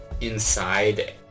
inside